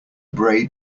braid